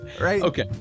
Okay